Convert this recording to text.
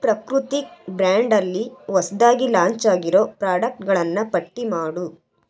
ಪ್ರಕೃತಿಕ್ ಬ್ರ್ಯಾಂಡಲ್ಲಿ ಹೊಸದಾಗಿ ಲಾಂಚಾಗಿರೋ ಪ್ರಾಡಕ್ಟ್ಗಳನ್ನು ಪಟ್ಟಿ ಮಾಡು